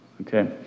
okay